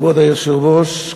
כבוד היושב-ראש,